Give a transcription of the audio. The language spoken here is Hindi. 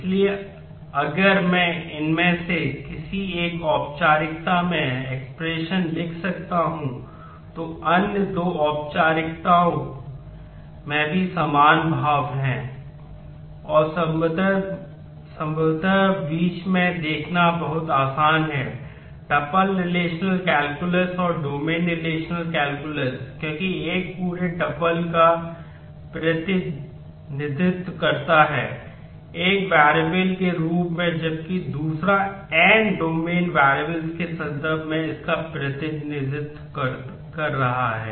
इसलिए अगर मैं इनमें से किसी एक औपचारिकता में एक्सप्रेशन के संदर्भ में इसका प्रतिनिधित्व कर रहा है